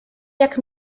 jak